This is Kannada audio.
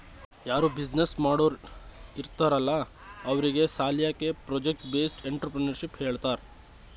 ಯಾರೂ ಬಿಸಿನ್ನೆಸ್ ಮಾಡೋರ್ ಇರ್ತಾರ್ ಅಲ್ಲಾ ಅವ್ರಿಗ್ ಸಾಲ್ಯಾಕೆ ಪ್ರೊಜೆಕ್ಟ್ ಬೇಸ್ಡ್ ಎಂಟ್ರರ್ಪ್ರಿನರ್ಶಿಪ್ ಹೇಳ್ತಾರ್